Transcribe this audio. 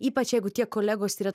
ypač jeigu tie kolegos yra